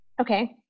Okay